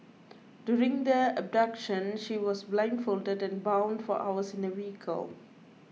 during the abduction she was blindfolded and bound for hours in a vehicle